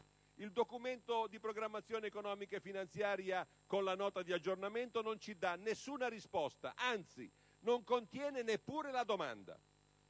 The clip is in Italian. Il Documento di programmazione economico-finanziaria, con la Nota di aggiornamento, non ci dà alcuna risposta, anzi non contiene neppure la domanda.